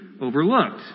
overlooked